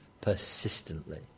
Persistently